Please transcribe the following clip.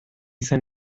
zen